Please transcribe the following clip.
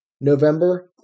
November